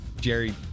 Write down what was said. Jerry